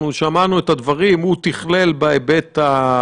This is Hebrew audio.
אנחנו לא נעצור אתכם בעניין הזה.